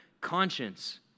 conscience